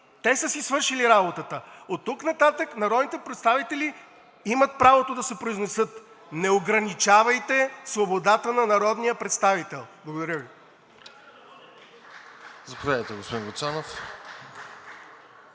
Те са си свършили работата. Оттук нататък народните представители имат правото да се произнесат. Не ограничавайте свободата на народния представител! Благодаря Ви.